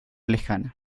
lejana